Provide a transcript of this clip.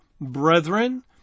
brethren